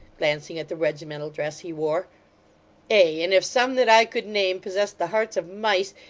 glancing at the regimental dress he wore ay, and if some that i could name possessed the hearts of mice,